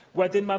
wedyn, but